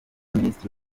minisitiri